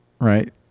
right